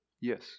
Yes